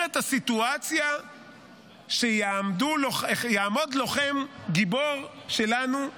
את הסיטואציה שיעמוד לוחם גיבור שלנו,